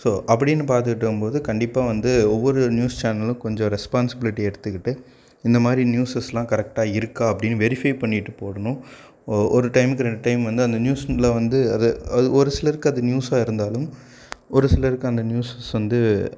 so அப்படின்னு பார்த்துட்ருக்கும் போது கண்டிப்பாக வந்து ஒவ்வொரு நியூஸ் சேனலும் கொஞ்சம் ரெஸ்பான்சிபிலிட்டி எடுத்துக்கிட்டு இந்த மாதிரி நியூஸஸ்லாம் கரெக்டாக இருக்கா அப்படின்னு வெரிஃபைவ் பண்ணிகிட்டு போடணும் ஓ ஒரு டைமுக்கு ரெண்டு டைம் வந்து அந்த நியூஸ்ஸுல் வந்து அது அது ஒரு சிலருக்கு அது நியூஸாக இருந்தாலும் ஒரு சிலருக்கு அந்த நியூஸஸ் வந்து